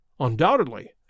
undoubtedly